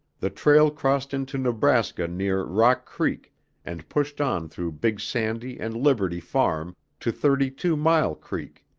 the trail crossed into nebraska near rock creek and pushed on through big sandy and liberty farm, to thirty-two-mile creek.